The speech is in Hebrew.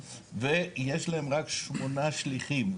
19. ויש להם רק שמונה שליחים.